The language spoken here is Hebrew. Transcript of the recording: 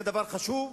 זה דבר חשוב.